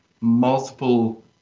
multiple